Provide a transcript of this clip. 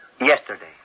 Yesterday